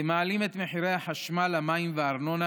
אתם מעלים את מחירי החשמל, המים והארנונה,